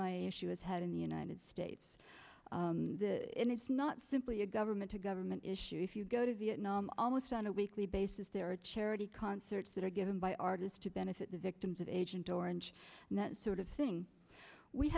a issue has had in the united states and it's not simply a government to government issue if you go to vietnam almost on a weekly basis there are charity concerts that are given by artists to benefit the victims of agent orange and that sort of thing we